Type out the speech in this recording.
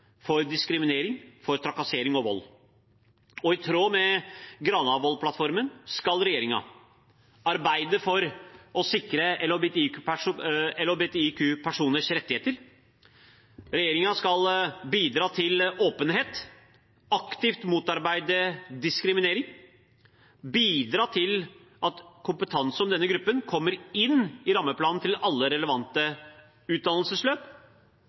diskriminering, trakassering og vold. I tråd med Granavolden-plattformen skal regjeringen: arbeide for å sikre LHBTIQ-personers rettigheter bidra til åpenhet aktivt motarbeide diskriminering bidra til at kompetanse om denne gruppen kommer inn i rammeplanen til alle relevante utdannelsesløp